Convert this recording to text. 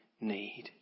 need